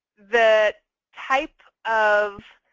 the type of